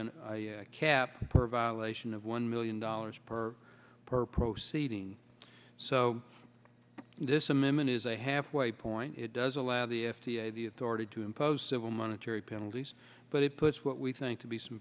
impose an cap per violation of one million dollars per per proceeding so this amendment is a halfway point it does allow the f d a the authority to impose civil monetary penalties but it puts what we think to be some